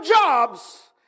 jobs